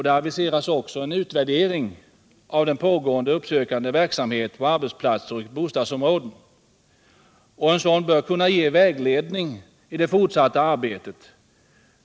Det aviseras också en utvärdering av den pågående uppsökande verksamheten på arbetsplatser och i bostadsområden. En sådan utvärdering bör kunna ge vägledning i det fortsatta arbetet.